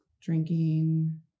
drinking